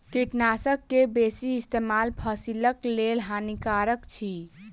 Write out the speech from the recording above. कीटनाशक के बेसी इस्तेमाल फसिलक लेल हानिकारक अछि